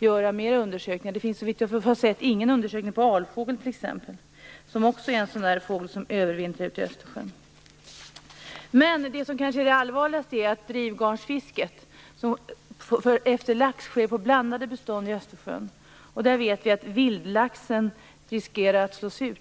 göra fler undersökningar. Det finns så vitt jag har sett t.ex. inte någon undersökning av alfågel. Det är också en sådan fågel som övervintrar ute på Östersjön. Men det allvarligaste är kanske ändå att drivgarnsfisket av lax bedrivs på blandade bestånd i Östersjön. Vi vet att vildlaxen riskerar att slås ut.